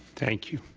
thank you.